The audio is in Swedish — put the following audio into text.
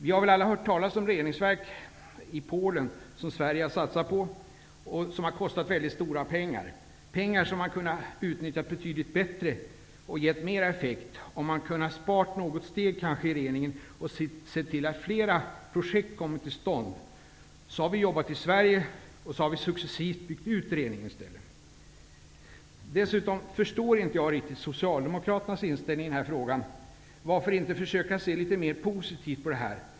Vi har väl alla hört talas om reningsverk i Polen som Sverige har satsat på och som har kostat mycket stora pengar, pengar som man kunde ha utnyttjat betydligt bättre och gett mer effekt om man sparat något steg i reningen och sett till att fler projekt kom till stånd. Så har vi jobbat i Sverige. Sedan har vi succesivt byggt ut reningen i stället. Jag förstår inte riktigt socialdemokraternas inställning i den här frågan. Varför inte försöka se litet mer positivt på detta?